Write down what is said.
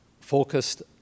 focused